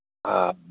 آپ